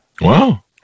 Wow